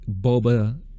Boba